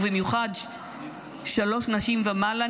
ובמיוחד שלוש נשים ומעלה,